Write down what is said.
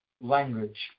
language